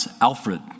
Alfred